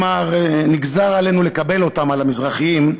אמר: "נגזר עלינו לקבל אותם" על המזרחים,